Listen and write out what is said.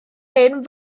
hen